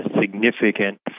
significant